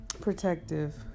protective